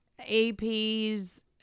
APs